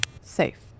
Safe